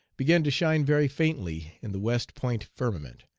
began to shine very faintly in the west point firmament,